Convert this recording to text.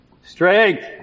Strength